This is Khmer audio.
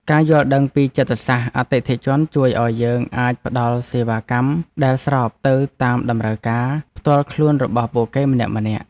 ការយល់ដឹងពីចិត្តសាស្ត្រអតិថិជនជួយឱ្យយើងអាចផ្ដល់សេវាកម្មដែលស្របទៅតាមតម្រូវការផ្ទាល់ខ្លួនរបស់ពួកគេម្នាក់ៗ។